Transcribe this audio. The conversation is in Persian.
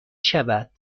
شود